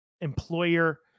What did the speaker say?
employer